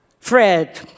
Fred